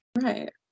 Right